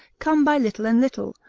come by little and little,